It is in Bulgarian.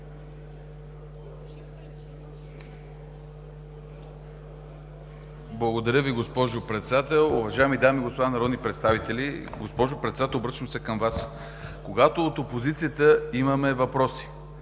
Благодаря Ви, госпожо Председател. Уважаеми дами и господа народни представители! Госпожо Председател, обръщам се към Вас – когато от опозицията имаме въпроси,